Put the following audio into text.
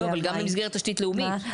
לא, אבל גם במסגרת תשתית לאומית.